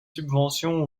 subventions